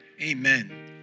Amen